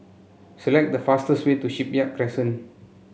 select the fastest way to Shipyard Crescent